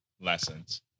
lessons